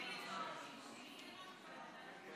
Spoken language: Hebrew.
יוביל לכך שישראל תהיה בין המדינות הראשונות